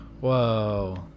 Whoa